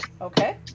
Okay